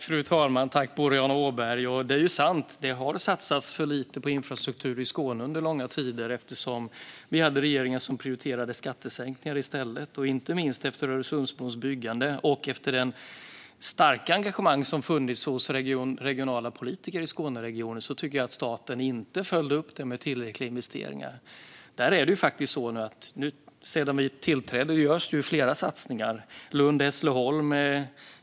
Fru talman! Det är sant att det har satsats för lite på infrastruktur i Skåne under långa tider. Det var då en regering som prioriterade skattesänkningar i stället. Inte minst efter Öresundsbrons byggande och efter det starka engagemang som har funnits hos regionala politiker i Skåneregionen tycker jag att staten inte följde upp med tillräckliga investeringar. Sedan vi tillträdde görs flera satsningar. En sådan är Lund-Hässleholm.